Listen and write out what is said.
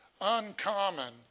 uncommon